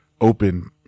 open